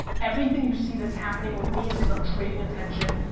everything you see that's happening with me is cause i'm trading attention.